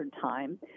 time